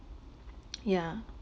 yeah